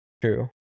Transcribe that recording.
True